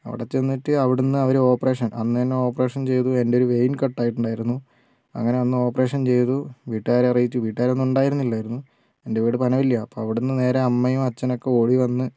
അവിടെ ചെന്നിട്ട് അവിടെ നിന്ന് അവർ ഓപ്പറേഷൻ അന്നു തന്നെ ഓപ്പറേഷൻ ചെയ്തു എന്റെ ഒരു വെയിൻ കട്ടായിട്ടുണ്ടായിരുന്നു അങ്ങനെ അന്ന് ഓപ്പറേഷൻ ചെയ്തു വീട്ടുകാരെ അറിയിച്ചു വീട്ടികാരൊന്നും ഉണ്ടായിരുന്നില്ലായിരുന്നു എന്റെ വീട് പനവില്ലയാണ് അപ്പോൾ അവിടെ നിന്ന് നേരെ അമ്മയും അച്ഛനും ഒക്കെ ഓടി വന്നു